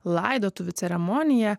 laidotuvių ceremoniją